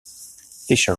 fischer